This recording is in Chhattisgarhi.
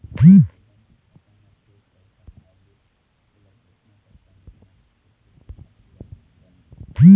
लोगन के खाता म सोझ पइसा आए ले ओला जतना पइसा मिलना होथे तेन ह पूरा के पूरा मिलथे